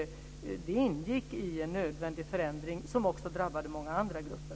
Det ingick i en nödvändig förändring som också drabbade många andra grupper.